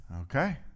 Okay